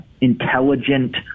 intelligent